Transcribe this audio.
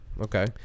Okay